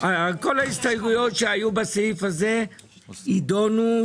רוויזיה על הסתייגות מספר 16. מי בעד קבלת הרוויזיה?